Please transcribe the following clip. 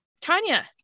Tanya